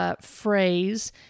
phrase